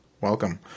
Welcome